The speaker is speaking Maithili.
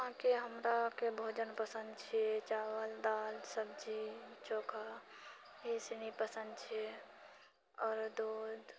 अहाँके हमराके भोजन पसन्द छियै चावल दालि सब्जी चोखा ऐसने पसन्द छियै आओर दूध